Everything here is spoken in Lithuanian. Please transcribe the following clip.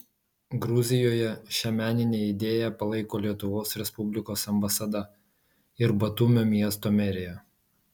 gruzijoje šią meninę idėją palaiko lietuvos respublikos ambasada ir batumio miesto merija